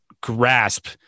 grasp